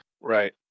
Right